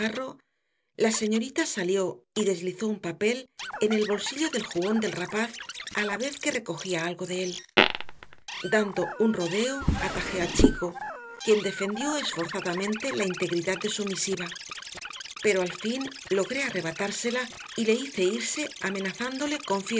la señorita salió y deslizó un papel en el bolsillo del jubón del rapaz a la vez que recogía algo de él dando un rodeo atajé al chico quien defendió esforzadamente la integridad de su misiva pero al fin logré arrebatársela y le hice irse amenazándole con